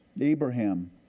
Abraham